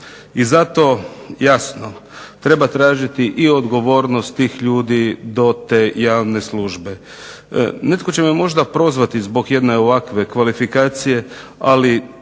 I zato jasno treba tražiti i odgovornost tih ljudi do te javne službe. Netko će me možda prozvati zbog jedne ovakve kvalifikacije ali